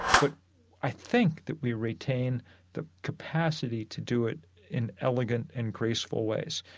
but i think that we retain the capacity to do it in elegant and graceful ways.